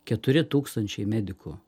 keturi tūkstančiai medikų